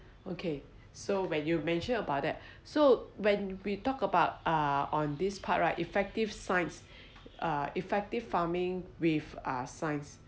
okay so when you mention about that so when we talk about ah on this part right effective science uh effective farming with ah science